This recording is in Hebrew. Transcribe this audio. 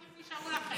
איזה ערכים נשארו לכם?